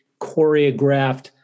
choreographed